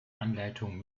anleitung